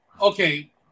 Okay